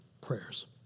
prayers